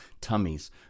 tummies